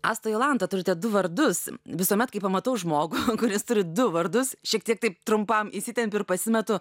asta jolanta turite du vardus visuomet kai pamatau žmogų kuris turi du vardus šiek tiek taip trumpam įsitempiu ir pasimetu